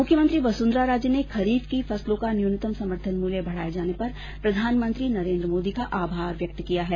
मुख्यमंत्री वसुन्धरा राजे ने खरीफ की फसलों का न्यूनतम समर्थन मूल्य बढ़ाए जाने पर प्रधानमंत्री नरेन्द्र मोदी का आभार व्यक्त किया है